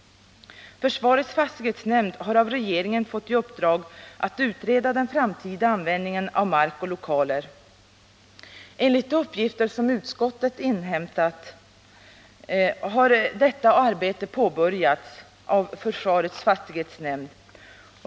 Försvarets fastighetsnämnd har av regeringen fått i uppdrag att utreda den framtida användningen av mark och lokaler. Enligt de uppgifter som utskottet inhämtat har detta arbete påbörjats av försvarets fastighetsnämnd.